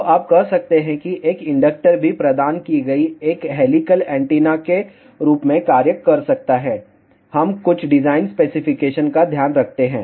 तो आप कह सकते हैं कि एक इंडक्टर भी प्रदान की गई एक हेलिकल एंटीना के रूप में कार्य कर सकता है हम कुछ डिज़ाइन स्पेसिफिकेशन का ध्यान रखते हैं